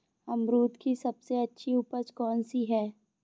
अमरूद की सबसे अच्छी उपज कौन सी है?